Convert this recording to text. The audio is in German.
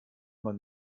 man